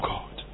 God